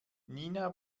nina